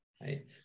right